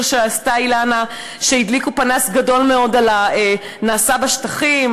שעשתה אילנה שהדליקו פנס גדול מאוד על הנעשה בשטחים,